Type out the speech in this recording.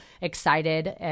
excited